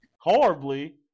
horribly